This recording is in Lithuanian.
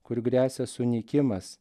kur gresia sunykimas